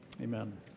amen